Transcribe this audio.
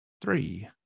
three